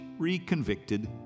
reconvicted